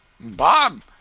Bob